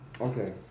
Okay